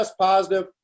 positive